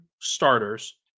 starters